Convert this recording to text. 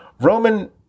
Roman